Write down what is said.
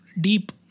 deep